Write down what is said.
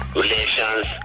relations